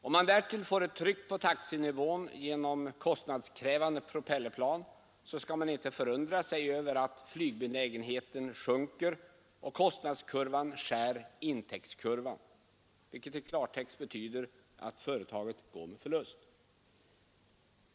Om man därtill får ett tryck på taxenivån genom kostnadskrävande propellerplan, skall man inte förundra sig över att flygbenägenheten sjunker och kostnadskurvan skär intäktskurvan, vilket i klartext betyder att företaget går med förlust.